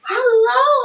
Hello